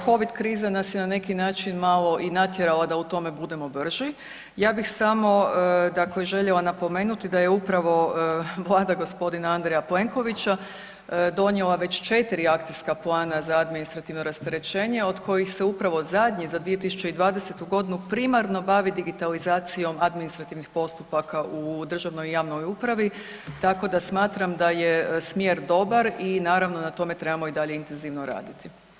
Covid kriza nas je na neki način malo i natjerala da u tome budemo brži, ja bih samo željela napomenuti da je upravo Vlada g. Andreja Plenkovića donijela već četiri akcijska plana za administrativno rasterećenje od kojih se upravo zadnji za 2020.g. primarno bavi administracijom administrativnih postupaka u državnoj i javnoj upravi, tako da smatram da je smjer dobar i naravno na tome trebamo i dalje intenzivno raditi.